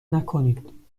نکنید